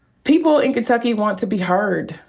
people in kentucky want to be heard.